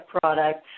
products